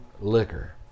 liquor